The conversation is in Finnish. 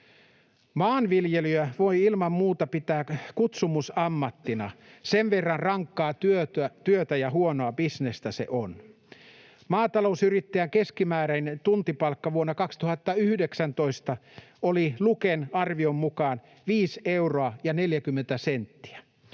Maanviljelijää voi ilman muuta pitää kutsumusammattina, sen verran rankkaa työtä ja huonoa bisnestä se on. Maatalousyrittäjän keskimääräinen tuntipalkka vuonna 2019 oli Luken arvion mukaan 5 euroa